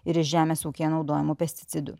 ir iš žemės ūkyje naudojamų pesticidų